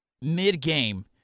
mid-game